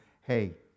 hey